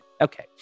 okay